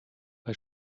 bei